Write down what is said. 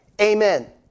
Amen